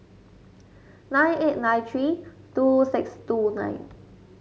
nine eight nine three two six two nine